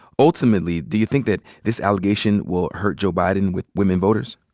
ultimately, do you think that this allegation will hurt joe biden with women voters?